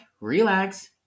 relax